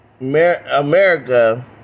America